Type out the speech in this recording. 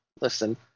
listen